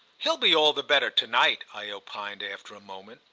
he'll be all the better to-night, i opined after a moment.